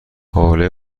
حوله